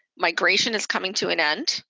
migration is coming to an end.